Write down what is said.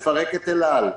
לפרק את אל-על,